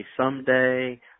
someday –